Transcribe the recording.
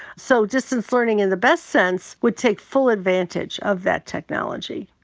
so distance learning in the best sense would take full advantage of that technology.